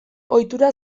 ohitura